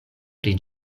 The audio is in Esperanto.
pri